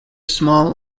small